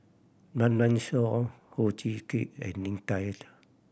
Run Run Shaw Ho Chee Kick and Lim Hak Tai